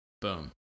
Boom